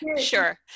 Sure